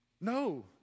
No